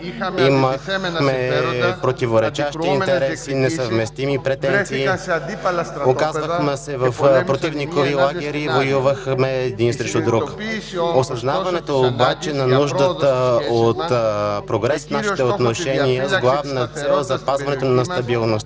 имахме противоречиви интереси, несъвместими претенции, оказвахме се в противникови лагери и воювахме една срещу друга. Осъзнаването обаче на нуждата от прогрес в нашите отношения с главна цел запазването на стабилността